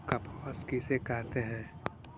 कपास किसे कहते हैं?